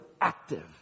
active